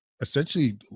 essentially